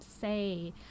say